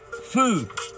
food